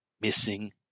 missing